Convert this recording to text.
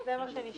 זה מה שנשמר.